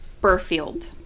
Burfield